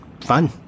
Fun